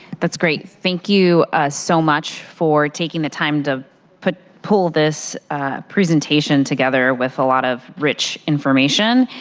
that's great. thank you so much for taking the time to pull pull this presentation together with a lot of rich information.